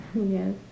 yes